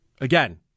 again